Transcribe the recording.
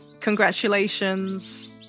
congratulations